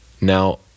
Now